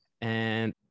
And-